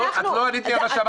את לא ענית לי על מה שאמרתי.